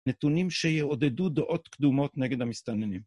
נתונים שיעודדו דעות קדומות נגד המסתננים.